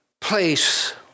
place